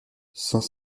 sans